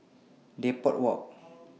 Depot Walk